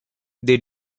they